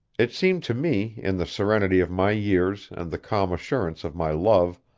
it seemed to me, in the serenity of my years and the calm assurance of my love,